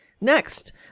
Next